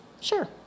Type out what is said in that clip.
sure